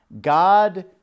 God